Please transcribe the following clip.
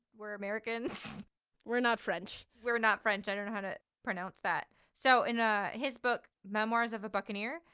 we're americans we're not french we're not french. i don't know how to pronounce that. so in ah his his book memoirs of a buccaneer,